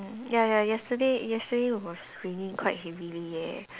ya ya yesterday yesterday was raining quite heavily yeah